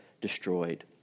destroyed